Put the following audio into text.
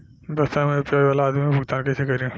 व्यवसाय में यू.पी.आई वाला आदमी भुगतान कइसे करीं?